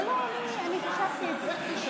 לא, לא, אני חישבתי את זה.